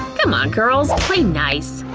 c'mon girls, play nice.